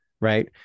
right